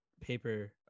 paper